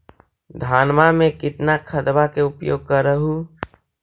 धानमा मे कितना खदबा के उपयोग कर हू?